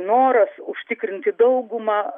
noras užtikrinti daugumą